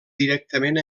directament